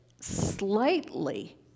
slightly